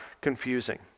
confusing